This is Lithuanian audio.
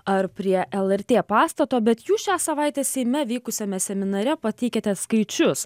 ar prie lrt pastato bet jūs šią savaitę seime vykusiame seminare pateikiate skaičius